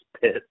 pit